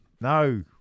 No